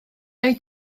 mae